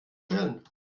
chillen